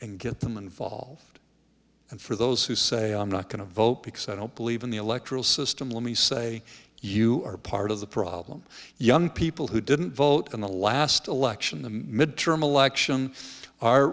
and get them involved and for those who say i'm not going to vote because i don't believe in the electoral system let me say you are part of the problem young people who didn't vote in the last election the midterm election are